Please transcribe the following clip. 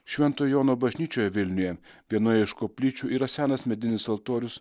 švento jono bažnyčioje vilniuje vienoje iš koplyčių yra senas medinis altorius